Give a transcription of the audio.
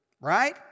right